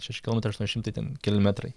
šeši kilometrai aštuoni šimtai ten keli metrai